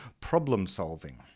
problem-solving